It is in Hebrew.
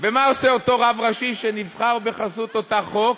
ומה עושה אותו רב ראשי שנבחר בחסות אותו חוק?